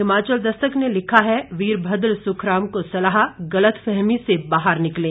हिमाचल दस्तक ने लिखा है वीरभद्र सुखराम को सलाह गलतफहमी से बाहर निकलें